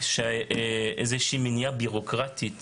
שאיזו שהיא מניעה בירוקרטית